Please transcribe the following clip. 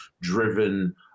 driven